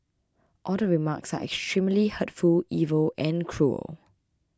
all the remarks are extremely hurtful evil and cruel